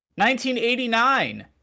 1989